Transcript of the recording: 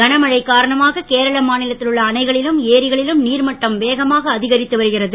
கனமழை காரணமாக கேரள மாநிலத்தில் உள்ள அணைகளிலும் ஏரிகளிலும் நீர் மட்டம் வேகமாக அதிகரித்து வருகிறது